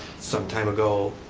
some time ago.